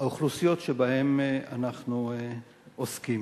האוכלוסיות שבהן אנחנו עוסקים.